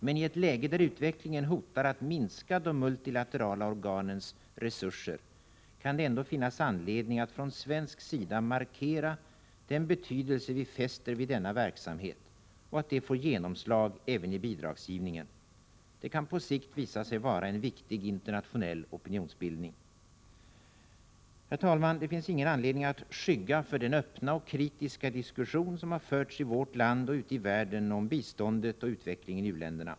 Men i ett läge där utvecklingen hotar att minska de multilaterala organens resurser, kan det ändå finnas anledning att från svensk sida markera den betydelse vi fäster vid denna verksamhet och att det får genomslag även i bidragsgivningen. Det kan på sikt visa sig vara en viktig internationell opinionsbildning. Herr talman! Det finns ingen anledning att skygga för den öppna och kritiska diskussion som har förts i vårt land och ute i världen om ulandsbistånd och utvecklingen i u-länderna.